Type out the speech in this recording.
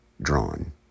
drawn